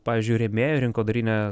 pavyzdžiui rėmėjo rinkodarinę